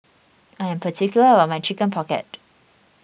I am particular about my Chicken Pocket